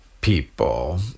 people